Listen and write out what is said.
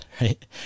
right